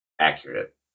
accurate